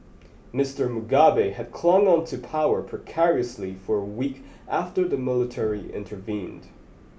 Mister Mugabe had clung on to power precariously for a week after the military intervened